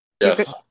Yes